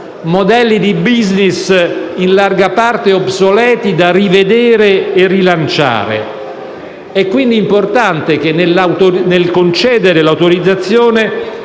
modelli di *business* in larga parte obsoleti, da rivedere e rilanciare. È quindi importante che, nel concedere l'autorizzazione,